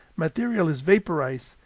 material is vaporized,